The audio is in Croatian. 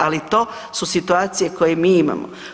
Ali to su situacije koje mi imamo.